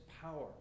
power